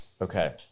Okay